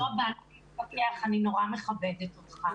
אנחנו לא באנו להתווכח, אני נורא מכבדת אותך.